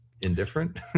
indifferent